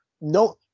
No